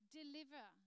deliver